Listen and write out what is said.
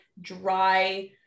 dry